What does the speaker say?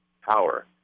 power